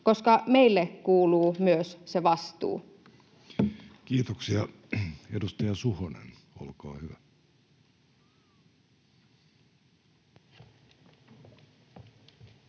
koska meille kuuluu myös se vastuu. Kiitoksia. — Edustaja Suhonen, olkaa hyvä. Kiitos,